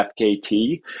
fkt